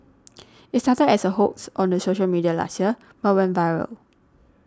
it started as a hoax on the social media last year but went viral